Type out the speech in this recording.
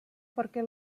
perquè